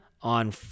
on